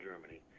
Germany